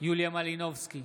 יוליה מלינובסקי,